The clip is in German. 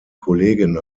kollegin